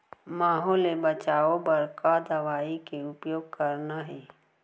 माहो ले बचाओ बर का दवई के उपयोग करना हे?